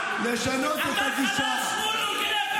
בלשנות את הגישה ------ אתה חלש מול ארגוני פשע.